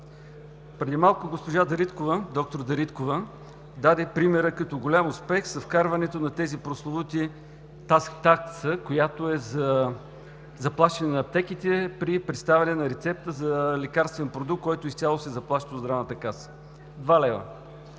преди малко госпожа Дариткова, доктор Дариткова даде примера като голям успех с вкарването на тази прословута такса за заплащане на аптеките при представяне на рецепта за лекарствен продукт, който изцяло се заплаща от Здравната каса – 2 лв.